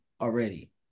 already